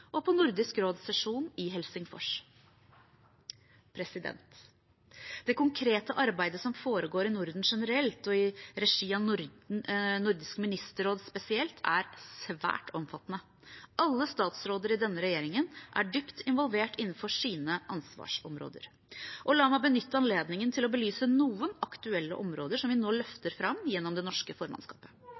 og på Nordisk råds sesjon i Helsingfors. Det konkrete arbeidet som foregår i Norden generelt og i regi av Nordisk ministerråd spesielt, er svært omfattende. Alle statsråder i denne regjeringen er dypt involvert innenfor sine ansvarsområder. La meg benytte anledningen til å belyse noen aktuelle områder som vi nå løfter fram gjennom det norske formannskapet.